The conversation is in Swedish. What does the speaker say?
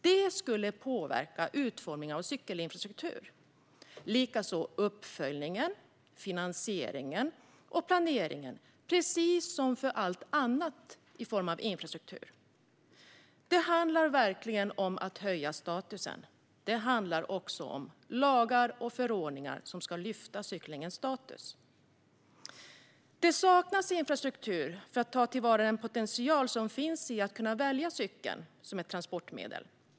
Det skulle påverka utformningen av cykelinfrastruktur, liksom uppföljningen, finansieringen och planeringen - precis som för all annan form av infrastruktur. Det handlar verkligen om att höja statusen. Det handlar också om lagar och förordningar som ska höja cyklingens status. Det saknas infrastruktur för att ta till vara den potential som finns i att kunna välja cykeln som transportmedel.